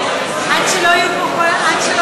עד שלא יהיו פה כל,